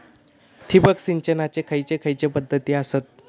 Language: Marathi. ठिबक सिंचनाचे खैयचे खैयचे पध्दती आसत?